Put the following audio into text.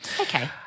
Okay